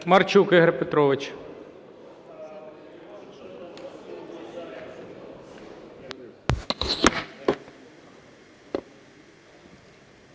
Марчук Ігор Петрович.